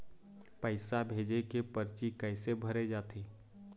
पैसा भेजे के परची कैसे भरे जाथे?